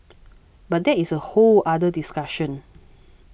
but that is a whole other discussion